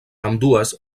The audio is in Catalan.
ambdues